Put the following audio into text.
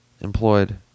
employed